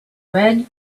red